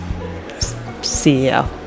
CEO